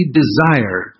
desire